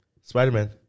Spider-Man